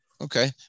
Okay